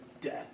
death